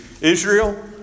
Israel